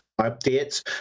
updates